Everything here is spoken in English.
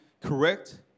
correct